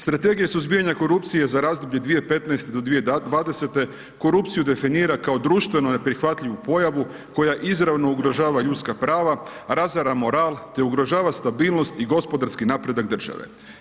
Strategija suzbijanja korupcije za razdoblje 2015.-2020. korupciju definira kao društvo neprihvatljivu pojavu koja izravno ugrožava ljudska prava, razara moral te ugrožava stabilnost i gospodarski napredak države.